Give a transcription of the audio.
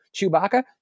Chewbacca